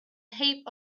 heap